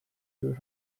your